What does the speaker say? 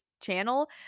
channel